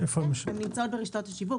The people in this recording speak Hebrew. כן, הן נמצאות ברשתות השיווק.